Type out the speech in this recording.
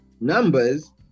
numbers